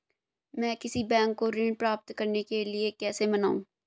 मैं किसी बैंक को ऋण प्राप्त करने के लिए कैसे मनाऊं?